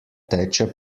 teče